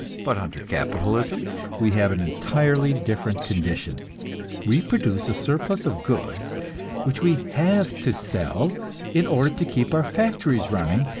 but under capitalism we have an entirely different condition we produce a surplus of goods which we have to sell in order to keep our factories running,